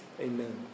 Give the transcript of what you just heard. Amen